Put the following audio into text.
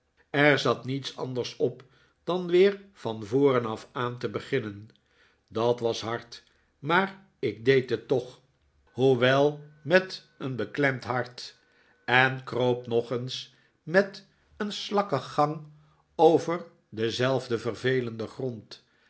er zat niets anders op dan weer van voren af aan te beginnen dat was hard maar ik deed het toch hoewel met een david copperfield beklemd hart en kroop nog eens met een slakkengang over denzelfden vervelenden grond